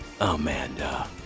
Amanda